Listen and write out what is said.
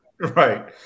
right